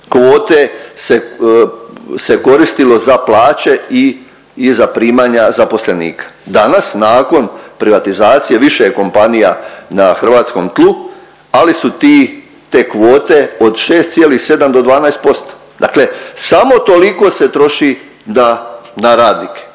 kvote se koristilo za plaće i za primanja zaposlenika. Danas, nakon privatizacije više kompanija na hrvatskom tlu, ali su ti, te kvote od 6,7 do 12%. Dakle samo toliko se troši na radnike.